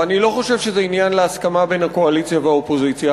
ואני לא חושב שזה עניין להסכמה בין הקואליציה לאופוזיציה.